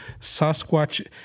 Sasquatch